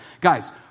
Guys